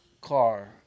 car